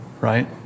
right